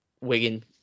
Wigan